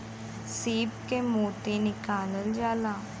सीप से मोती निकालल जाला